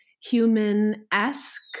human-esque